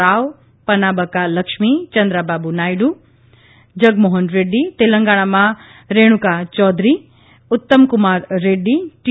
રાવ પનાબકા લક્ષ્મી ચંદ્રાબાબુ નાયડુ જગમોહન રેડ્ડી તેલંગણામાં રેણુકા ચોધરી ઉત્તમકુમાર રેડ્ડી ટી